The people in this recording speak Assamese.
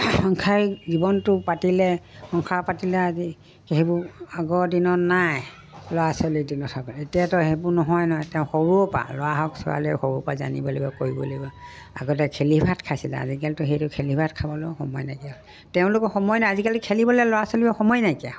সংসাৰিক জীৱনটো পাতিলে সংসাৰ পাতিলে আজি সেইবোৰ আগৰ দিনত নাই ল'ৰা ছোৱালীৰ দিনত এতিয়াতো সেইবোৰ নহয় নহয় তেওঁ সৰুৰৰপৰা ল'ৰা হওক ছোৱালী সৰুৰৰপৰা জানিব লাগিব কৰিব লাগিব আগতে খেলি ভাত খাইছিলে আজিকালিতো সেইটো খেলি ভাত খাবলৈও সময় নাইকিয়া তেওঁলোকে সময় নাই আজিকালি খেলিবলৈ ল'ৰা ছোৱালীবোৰৰ সময় নাইকিয়া হয়